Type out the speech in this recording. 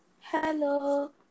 Hello